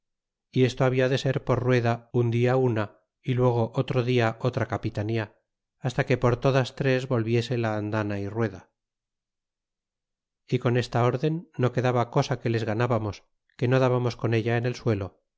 y esto habia de ser por rueda un dia una y luego otro dia otra capitanía hasta que por todas tres volviese la andana y rueda y con esta urden no quedaba cosa que les ganábamos que no dabamos con ella en el suelo